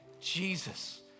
Jesus